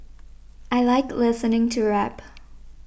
I like listening to rap